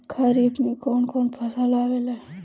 खरीफ में कौन कौन फसल आवेला?